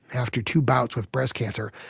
after two bouts with breast cancer,